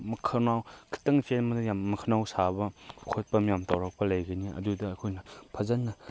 ꯃꯈꯧꯅꯥꯎ ꯈꯤꯇꯪ ꯆꯦꯟꯕꯗ ꯌꯥꯝ ꯃꯈꯧꯅꯥꯎ ꯁꯥꯕ ꯈꯣꯠꯄ ꯌꯥꯝ ꯇꯧꯔꯛꯄ ꯂꯩꯕꯅꯤ ꯑꯗꯨꯗ ꯑꯩꯈꯣꯏꯅ ꯐꯖꯅ